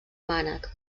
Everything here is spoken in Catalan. mànec